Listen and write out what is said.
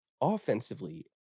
offensively